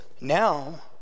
Now